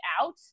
out